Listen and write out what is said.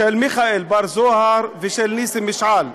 של מיכאל בר-זהר וניסים משעל.